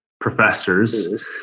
professors